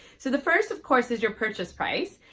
so the first, of course, is your purchase price.